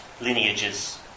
lineages